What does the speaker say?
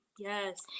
Yes